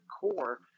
core